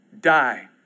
Die